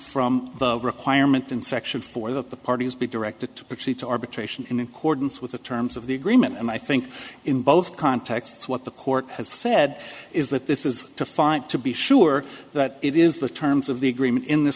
from the requirement in section four that the parties be directed to proceed to arbitration in importance with the terms of the agreement and i think in both contexts what the court has said is that this is to find to be sure that it is the terms of the agreement in th